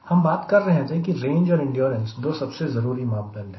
हम बात कर रहे थे की रेंज और इंड्योरेन्स दो सबसे जरूरी मापदंड है